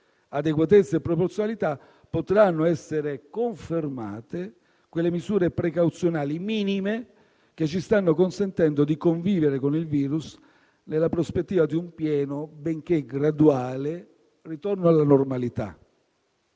adeguatezza e proporzionalità, potranno essere confermate quelle misure precauzionali minime che ci stanno consentendo di convivere con il virus nella prospettiva di un pieno, benché graduale, ritorno alla normalità.